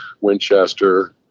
winchester